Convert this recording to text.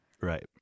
right